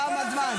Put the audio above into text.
תם הזמן.